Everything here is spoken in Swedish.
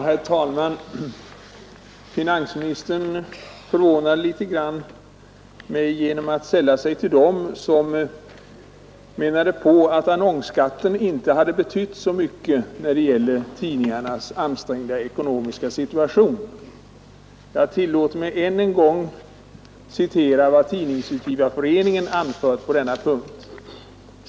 Herr talman! Finansministern förvånar mig litet grand genom att sälla sig till dem som menar att annonsskatten inte hade betytt så mycket när det gäller tidningarnas ansträngda ekonomiska situation. Jag tillåter mig att än en gång citera vad Tidningsutgivareföreningen anfört på denna punkt.